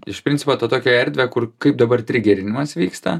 iš principo tu tokią erdvę kur kaip dabar trigerinimas vyksta